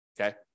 okay